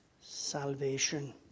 salvation